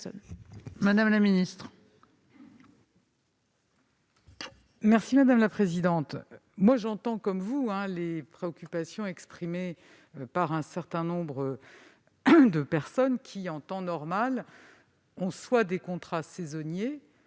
Madame la ministre,